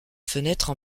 fenêtres